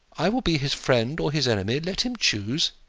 i will be his friend or his enemy let him choose.